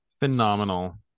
Phenomenal